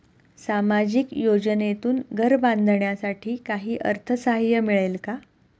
सामाजिक योजनेतून घर बांधण्यासाठी काही अर्थसहाय्य मिळेल का?